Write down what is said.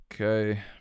Okay